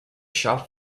shop